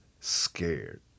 scared